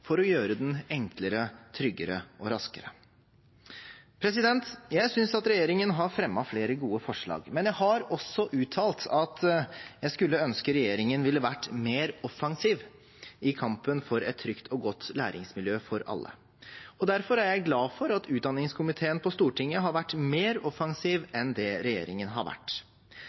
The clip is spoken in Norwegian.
for å gjøre den enklere, tryggere og raskere. Jeg synes regjeringen har fremmet flere gode forslag, men jeg har også uttalt at jeg skulle ønske regjeringen kunne vært mer offensiv i kampen for et trygt og godt læringsmiljø for alle. Derfor er jeg glad for at utdanningskomiteen på Stortinget har vært mer offensiv enn det regjeringen har vært.